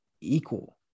equal